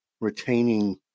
retaining